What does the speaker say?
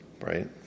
right